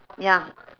ya